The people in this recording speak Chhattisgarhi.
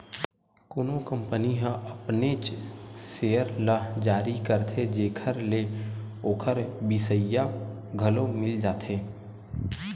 कोनो कंपनी ह अपनेच सेयर ल जारी करथे जेखर ले ओखर बिसइया घलो मिल जाथे